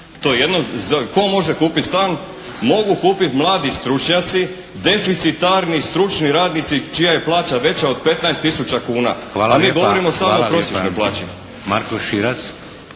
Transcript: To jedno, tko može kupiti stan? Mogu kupiti mladi stručnjaci, deficitarni stručni radnici čija je plaća veća od 15 tisuća kuna. A mi govorimo samo o prosječnoj plaći.